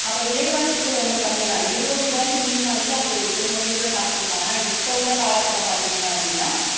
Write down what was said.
அப்போ விலைவாசி கூட ரொம்ப கம்மிதான் இருபது ரூபாய்க்கு மீன் வாங்கி அப்போ ஒரு குடும்பமே கூட சாப்பிட்டிருக்கோம் ஆனால் இப்போ உள்ள காலக்கட்டம் பார்த்தீங்க அப்படின்னா